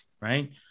right